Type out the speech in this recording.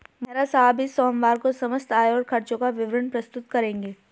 मेहरा साहब इस सोमवार को समस्त आय और खर्चों का विवरण प्रस्तुत करेंगे